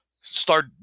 start